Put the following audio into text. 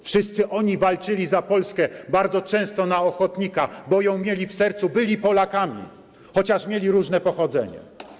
Wszyscy oni walczyli za Polskę, bardzo często na ochotnika, bo mieli ją w sercu, byli Polakami, chociaż mieli różne pochodzenie.